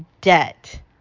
debt